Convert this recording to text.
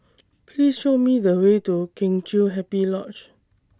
Please Show Me The Way to Kheng Chiu Happy Lodge